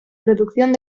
producción